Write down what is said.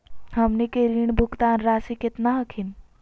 हमनी के ऋण भुगतान रासी केतना हखिन?